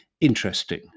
interesting